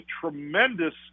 tremendous